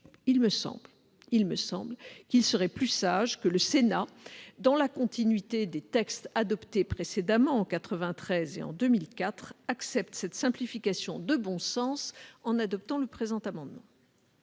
Il me semble qu'il serait plus sage que le Sénat, dans la continuité des textes adoptés en 1993 et en 2004, accepte cette simplification de bon sens. Très belle argumentation